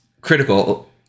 critical